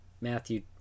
Matthew